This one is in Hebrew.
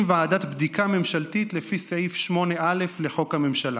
ועדת בדיקה ממשלתית לפי סעיף 8א לחוק הממשלה.